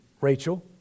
Rachel